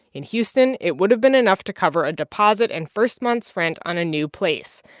in houston, it would have been enough to cover a deposit and first month's rent on a new place.